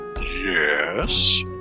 Yes